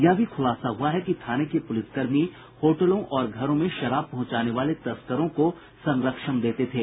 यह भी खुलासा हुआ है कि थाने के पुलिसकर्मी होटलों और घरों में शराब पहुंचाने वाले तस्करों को संरक्षण देते थे